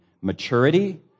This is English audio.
maturity